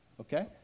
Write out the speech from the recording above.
Okay